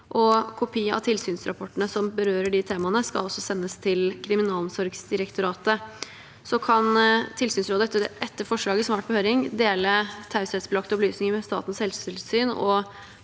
Kopi av tilsynsrapportene som berører de temaene, skal også sendes til Kriminalomsorgsdirektoratet. Så kan Tilsynsrådet etter forslaget som har vært på høring, dele taushetsbelagte opplysninger med Statens helsetilsyn